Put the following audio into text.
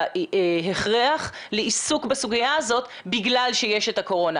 ההכרח לעיסוק בסוגיה הזאת בגלל שיש את הקורונה.